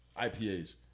IPAs